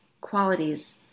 qualities